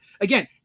again